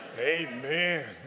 Amen